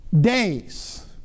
days